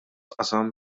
qasam